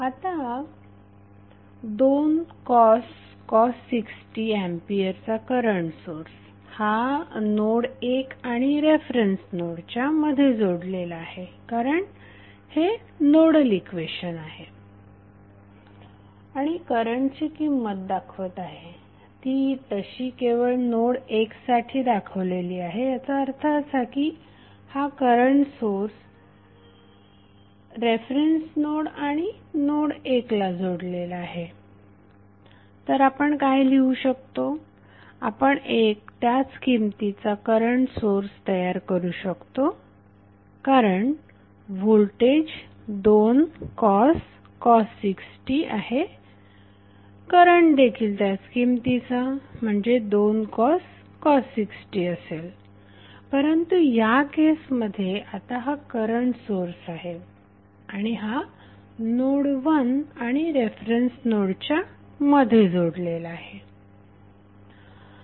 आता 2cos 6t ampere चा current source हा नोड 1 आणि रेफरन्स नोड च्या मध्ये जोडलेला आहे कारण हे नोडल इक्वेशन आहे आणि करंटची किंमत दाखवत आहे ती तशी ही केवळ नोड 1 साठी दाखवलेली आहे याचा अर्थ असा की हा करंट सोर्सरेफरन्स नोड आणि नोड 1 ला जोडलेला आहे तर आपण काय लिहू शकतो आपण एक त्याच किमतीचा करंट सोर्स तयार करू शकतो कारण व्होल्टेज 2cos 6t आहे करंट देखील त्याच किमतीचा म्हणजे 2cos 6t असेल परंतु या केसमध्ये आता हा करंट सोर्स आहे आणि हा नोड वन आणि रेफरन्स नोडच्या मध्ये जोडलेला असेल